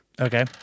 Okay